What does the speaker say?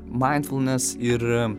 maindfulnes ir